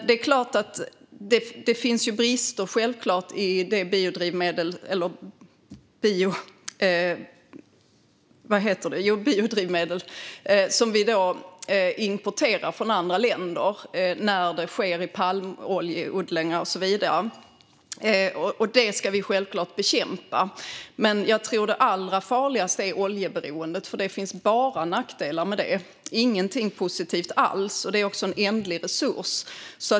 Det är klart att det finns brister hos de biodrivmedel vi importerar från andra länder, när de kommer från palmoljeodlingar och så vidare. Detta ska vi självklart bekämpa. Men jag tror att det allra farligaste är oljeberoendet, för det finns bara nackdelar med det och ingenting positivt alls. Det är också en ändlig resurs.